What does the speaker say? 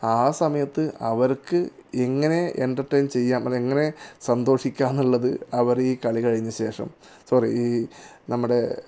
ആ സമയത്ത് അവർക്ക് എങ്ങനെ എൻ്റർടെയ്ന് ചെയ്യാം അതെങ്ങനെ സന്തോഷിക്കാമെന്നുള്ളത് അവർ ഈ കളി കഴിഞ്ഞശേഷം സോറി ഈ നമ്മുടെ